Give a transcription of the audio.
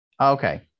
okay